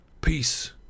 Peace